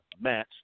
match